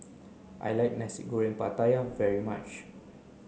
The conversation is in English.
I like Nasi Goreng Pattaya very much